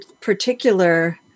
particular